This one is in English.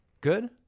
Good